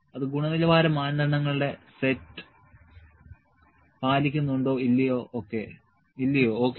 അത് ഗുണനിലവാര മാനദണ്ഡങ്ങളുടെ സെറ്റ് പാലിക്കുന്നുണ്ടോ ഇല്ലയോ ഓക്കേ